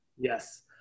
Yes